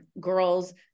girls